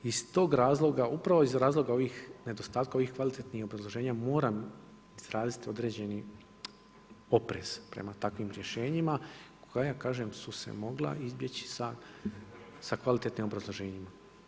Iz toga razloga, upravo iz razloga nedostatka ovih kvalitetnih obrazloženja moram izraziti određeni oprez prema takvim rješenjima, koja kažem su se mogla izbjeći sa kvalitetnim obrazloženjima.